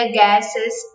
gases